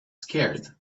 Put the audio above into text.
scared